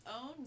own